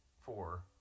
four